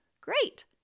Great